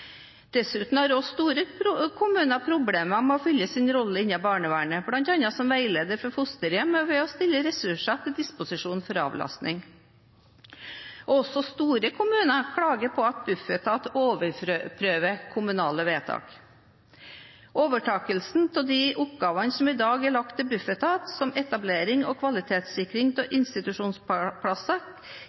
Dessuten har også store kommuner problemer med å fylle sin rolle innen barnevernet, bl.a. som veileder for fosterhjem og ved å stille ressurser til disposisjon for avlastning. Også store kommuner klager på at Bufetat overprøver kommunale vedtak. Overtakelsen av de oppgavene som i dag er lagt til Bufetat, som etablering og kvalitetssikring av institusjonsplasser,